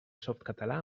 softcatalà